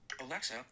Alexa